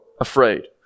afraid